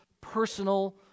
personal